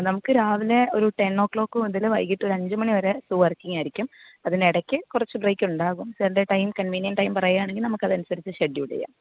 നമുക്ക് രാവിലെ ഒരു ടെൻ ഒക്ലോക്ക് മുതൽ വൈകീട്ട് ഒരു അഞ്ച് മണി വരെ സൂ വർക്കിങ്ങ് ആയിരിക്കും അതിന് ഇടയ്ക്ക് കുറച്ച് ബ്രേയ്ക്ക് ഉണ്ടാകും സാറിൻ്റെ ടൈം കൺവീനിയൻ്റ് ടൈം പറയുകയാണെങ്കിൽ നമുക്ക് അതനുസരിച്ച് ഷെഡ്യൂള് ചെയ്യാം